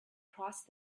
crossed